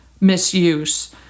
misuse